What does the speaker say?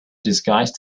disguised